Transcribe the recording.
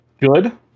good